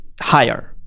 higher